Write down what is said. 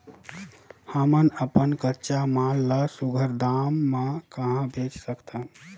हमन अपन कच्चा माल ल सुघ्घर दाम म कहा बेच सकथन?